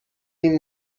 این